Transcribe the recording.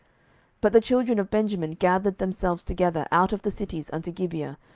but the children of benjamin gathered themselves together out of the cities unto gibeah,